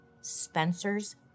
Spencer's